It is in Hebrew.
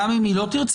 גם אם היא לא תרצה?